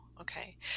Okay